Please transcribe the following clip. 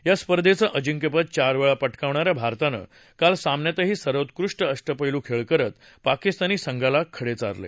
या स्पर्धेचं अजिंक्यपद चार वेळा पटकावणाऱ्या भारतानं कालच्या सामन्यातही सर्वोत्कृष्ट अष्टपस्ट्राूखेळ करत पाकिस्तानी संघाला खडे चारले